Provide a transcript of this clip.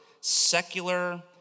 secular